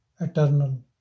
eternal